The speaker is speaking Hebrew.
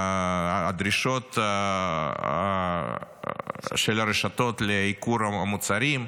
הדרישות של הרשתות לייקור המוצרים,